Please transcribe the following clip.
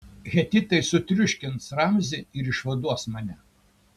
hetitai sutriuškins ramzį ir išvaduos mane